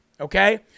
Okay